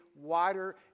wider